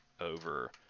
over